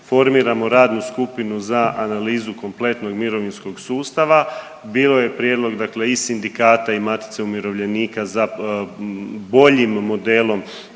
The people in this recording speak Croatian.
formiramo radnu skupinu za analizu kompletnog mirovinskog sustava. Bio je prijedlog, dakle i sindikata i Matice umirovljenika za boljim modelom,